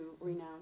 renounce